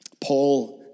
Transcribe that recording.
Paul